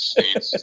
States